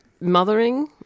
mothering